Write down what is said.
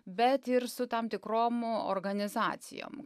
bet ir su tam tikrom organizacijom